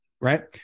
right